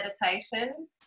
meditation